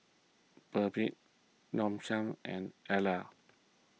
Perdix Nong Shim and Elle